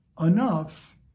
enough